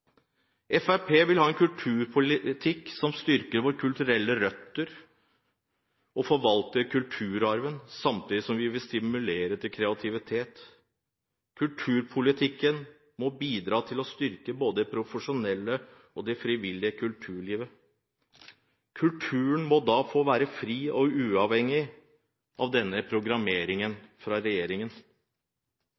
Fremskrittspartiet vil ha en kulturpolitikk som styrker våre kulturelle røtter og forvalter kulturarven, samtidig som vi vil stimulere til kreativitet. Kulturpolitikken må bidra til å styrke både det profesjonelle og det frivillige kulturlivet. Kulturen må da få være fri og uavhengig av denne programmeringen